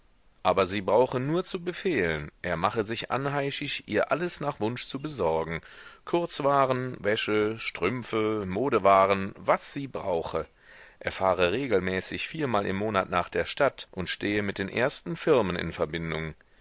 aber sie brauche nur zu befehlen er mache sich anheischig ihr alles nach wunsch zu besorgen kurzwaren wäsche strümpfe modewaren was sie brauche er fahre regelmäßig viermal im monat nach der stadt und stehe mit den ersten firmen in verbindung